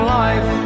life